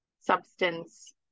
substance